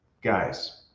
guys